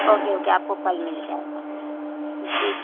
okay okay آپ کو کل مل جائے گا جی